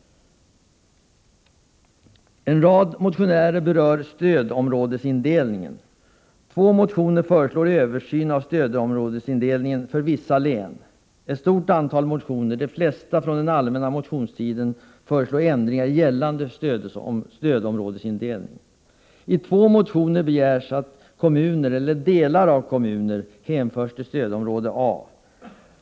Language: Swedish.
En rad motionärer berör stödområdesindelningen. I två motioner föreslås en översyn av stödområdesindelningen för vissa län. I ett stort antal motioner — de flesta från den allmänna motionstiden — föreslås ändringar i gällande stödområdesindelning. I två motioner begärs att kommuner eller delar av kommuner hänförs till stödområde A.